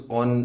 on